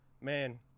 Man